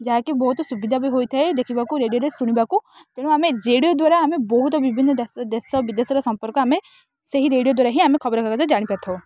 ଯାହା କି ବହୁତ ସୁବିଧା ବି ହେଇଥାଏ ଦେଖିବାକୁ ରେଡ଼ିଓରେ ଶୁଣିବାକୁ ତେଣୁ ଆମେ ରେଡ଼ିଓ ଦ୍ୱାରା ଆମେ ବହୁତ ବିଭିନ୍ନ ଦେ ଦେଶ ବିଦେଶର ସମ୍ପର୍କ ଆମେ ସେହି ରେଡ଼ିଓ ଦ୍ୱାରା ହି ଆମେ ଖବରକାଗଜରେ ଜାଣି ପାରିଥାଉ